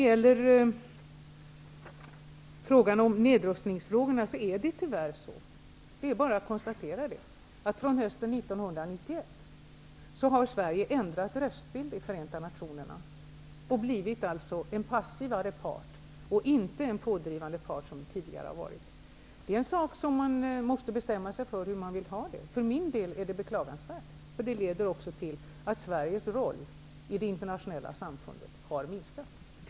I nedrustningsfrågorna är det bara att konstatera att Sverige från hösten 1991 tyvärr har ändrat röstbild i Förenta nationerna och blivit en passivare part, inte som tidigare en pådrivande part. Man måste bestämma sig för hur man vill ha det. Jag uppfattar det nya läget som beklagansvärt, eftersom det lett till att Sveriges roll i det internationella samfundet har minskat.